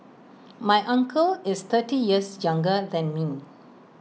my uncle is thirty years younger than me